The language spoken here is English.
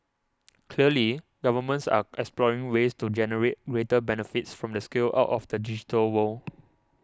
clearly governments are exploring ways to generate greater benefits from the scale out of the digital world